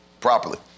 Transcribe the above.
properly